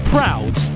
Proud